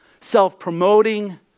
self-promoting